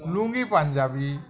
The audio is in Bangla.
লুঙ্গি পাঞ্জাবি